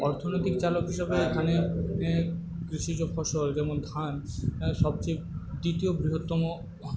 অর্থনৈতিক চালক হিসাবে এখানে কৃষিজ ফসল যেমন ধান সবচেয়ে দ্বিতীয় বৃহত্তম